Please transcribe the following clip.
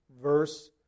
verse